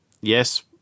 Yes